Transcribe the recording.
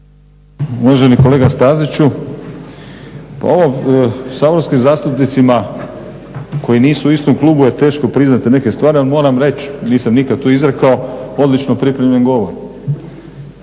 Uvaženi kolega Staziću, pa ovo saborskim zastupnicima koji nisu u istom klubu je teško priznati neke stvari. Ali moram reći nisam nikad to izrekao odlično pripremljen govor.